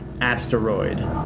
Asteroid